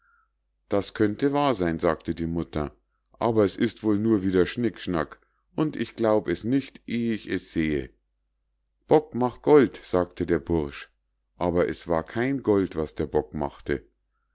das könnte wahr sein sagte die mutter aber es ist wohl nur wieder schnickschnack und ich glaub es nicht eh ich es sehe bock mach gold sagte der bursch aber es war kein gold was der bock machte